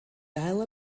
dial